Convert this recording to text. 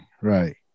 right